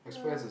yeah